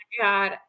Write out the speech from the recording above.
God